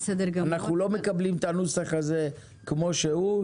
אנחנו לא מקבלים את הנוסח הזה כמות שהוא,